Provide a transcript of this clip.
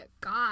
god